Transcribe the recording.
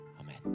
Amen